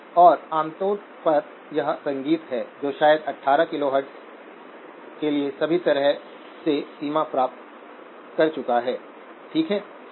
और आमतौर पर यह संगीत है जो शायद 18 किलोहर्ट्ज़ के लिए सभी तरह से सीमा प्राप्त कर चुका है ठीक है